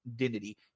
identity